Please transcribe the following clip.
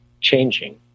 changing